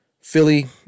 Philly